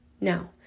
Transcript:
Now